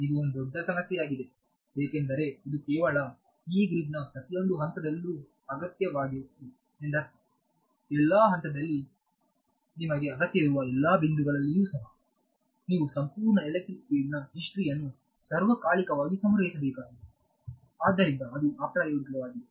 ಇದು ಒಂದು ದೊಡ್ಡ ಸಮಸ್ಯೆಯಾಗಿದೆ ಏಕೆಂದರೆ ಇದು ಕೇವಲ Yee ಗ್ರಿಡ್ನ ಪ್ರತಿಯೊಂದು ಹಂತದಲ್ಲೂ ಅಗತ್ಯವಾಗಿದೆ ಎಂದರ್ಥಎಲ್ಲಾ ಹಂತದಲ್ಲಿ ನಿಮಗೆ ಅಗತ್ಯವಿರುವ ಎಲ್ಲಾ ಬಿಂದುಗಳಲ್ಲಿಯೂ ಸಹ ನೀವು ಸಂಪೂರ್ಣ ಎಲೆಕ್ಟ್ರಿಕ್ ಫೀಲ್ಡ್ ನ ಹಿಸ್ಟರಿ ಅನ್ನು ಸಾರ್ವಕಾಲಿಕವಾಗಿ ಸಂಗ್ರಹಿಸಬೇಕಾಗಿದೆ ಆದ್ದರಿಂದ ಅದು ಅಪ್ರಾಯೋಗಿಕವಾಗಿದೆ